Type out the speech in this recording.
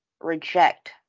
reject